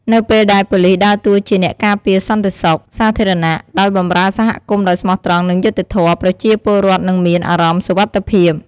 នៅពេលដែល ប៉ូលីសដើរតួជាអ្នកការពារសន្តិសុខសាធារណៈ ដោយបម្រើសហគមន៍ដោយស្មោះត្រង់ និងយុត្តិធម៌ ប្រជាពលរដ្ឋនឹងមាន អារម្មណ៍សុវត្ថិភាព។